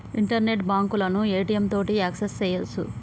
internet బాంకులను ATM తోటి access సెయ్యొచ్చు